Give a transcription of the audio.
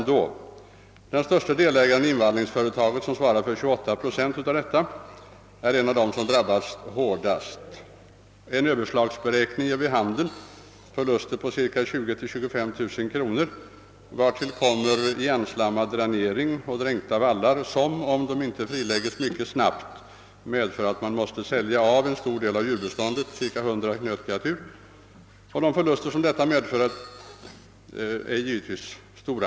Den största delägaren i invallningsföretaget, som svarar för 28 procent av detta, är en av dem som drabbats hårdast. En överslagsberäkning ger vid handen förluster på 20 600 —25 000 kronor, vartill kommer igenslammad dränering och dränkta vallar som, om de inte frilägges, mycket snabbt medför att vederbörande måste sälja av en stor del av djurbeståndet, cirka 100 nötkreatur. Sådana förluster som detta medför är givetvis även stora.